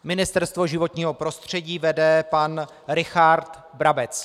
Ministerstvo životního prostředí vede pan Richard Brabec.